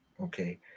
okay